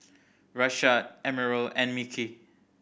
Rashad Emerald and Mickey